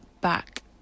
back